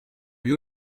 you